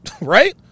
right